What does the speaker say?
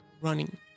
running